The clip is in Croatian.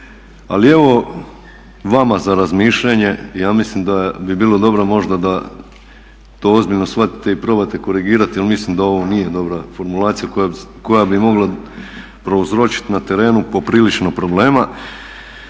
Ali evo vama za razmišljanje ja mislim da bi bilo dobro možda da to ozbiljno shvatite i probate korigirati jer mislim da ovo nije dobra formulacija koja bi mogla prouzročiti na terenu poprilično problema.